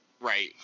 Right